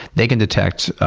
they can detect